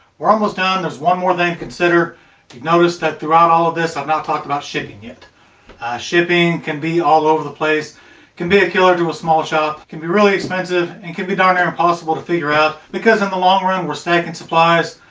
we're almost done. there's one more then consider. you noticed that throughout all of this. i've not talked about shaking yet shipping can be all over the place can be a killer to a small shop can be really expensive and can be down there impossible to figure out because in the long run, we're sneaking supplies.